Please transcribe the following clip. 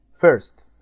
First